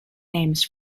names